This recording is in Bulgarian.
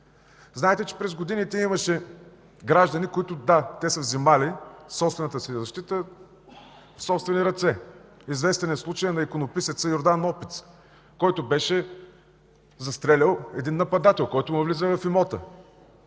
Знаете, че през годините имаше граждани, които са взели собствената си защита в собствени ръце. Известен е случаят на иконописеца Йордан Опиц, който беше застрелял един нападател, влязъл му в имота.